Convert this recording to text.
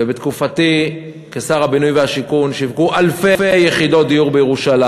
ובתקופתי כשר הבינוי והשיכון שיווקו אלפי יחידות דיור בירושלים.